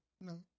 No